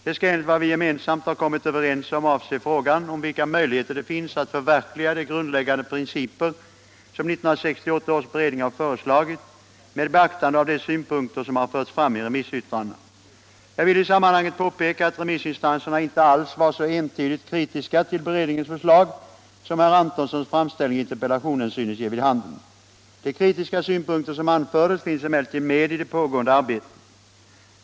De skall enligt vad vi gemensamt har kommit överens om avse frågan om vilka möjligheter det finns att förverkliga de grundläggande principer som 1968 års beredning har föreslagit, med beaktande av de synpunkter som har förts fram i remissyttrandena. Jag vill i sammanhanget påpeka, att remissinstanserna inte alls var så entydigt kritiska till beredningens förslag som herr Antonssons framställning i interpellationen synes ge vid handen. De kritiska synpunkter som anfördes finns emellertid med i det pågående arbetet.